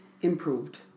improved